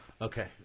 Okay